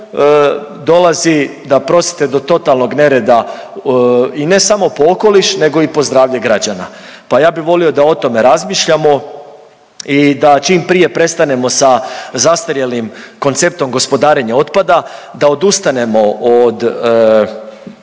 dolazi da prostite do totalnog nereda i ne samo po okoliš nego i po zdravlje građana. Pa ja bi volio da o tome razmišljamo i da čim prije prestanemo sa zastarjelim konceptom gospodarenja otpada, da odustanemo od